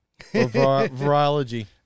virology